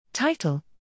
Title